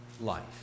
life